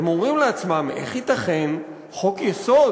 הם אומרים לעצמם איך ייתכן חוק-יסוד,